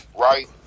Right